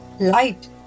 light